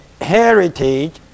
heritage